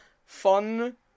fun